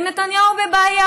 ונתניהו בבעיה,